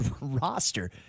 roster